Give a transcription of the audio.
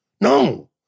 no